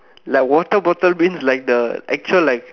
like water bottle means like the actual like